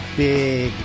big